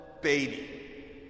baby